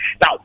Now